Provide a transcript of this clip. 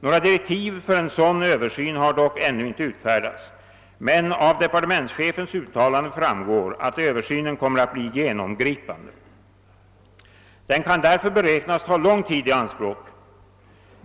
Några direktiv för en sådan översyn har dock ännu inte utfärdats, men av departementschefens uttalande framgår att översynen kommer att bli genomgripande. Den kan därför beräknas ta lång tid i anspråk.